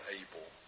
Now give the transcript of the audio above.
able